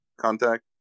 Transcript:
Contact